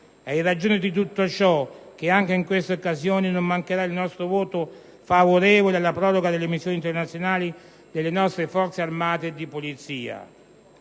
È in ragione di tutto ciò che anche in questa occasione non mancherà il nostro voto favorevole alla proroga delle missioni internazionali delle nostre Forze armate e di polizia.